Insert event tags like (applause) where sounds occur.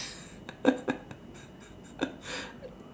(laughs)